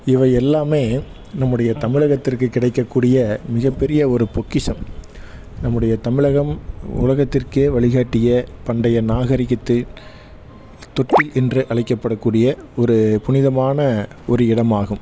இவை எல்லாமே நம்முடைய தமிழகத்திற்கு கிடைக்க கூடிய மிகப்பெரிய ஒரு பொக்கிஷ்ம் நம்முடைய தமிழகம் உலகத்திற்கே வழிகாட்டிய பண்டைய நாகரீகத்து தொட்டி என்று அழைக்கப்படக் கூடிய ஒரு புனிதமான ஒரு இடமாகும்